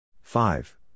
Five